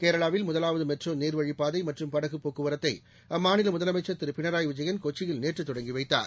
கேரளாவில் முதலாவது மெட்ரோநீர்வழிப் பாதை மற்றும் படகுப் போக்குவரத்தை அம்மாநில முதலமைச்சர் திரு பினராயி விஜயன் கொச்சியில் நேற்று தொடங்கி வைத்தார்